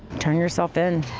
turn yourself in.